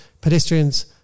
pedestrians